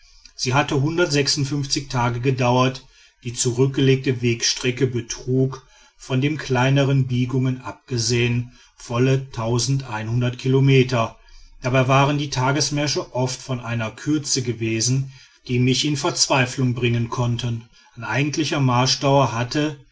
sie hatte tage gedauert die zurückgelegte wegstrecke betrug von den kleinern biegungen abgesehen volle kilometer dabei waren die tagemärsche oft von einer kürze gewesen die mich in verzweiflung bringen konnte an eigentlicher marschdauer hatte